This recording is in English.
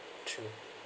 true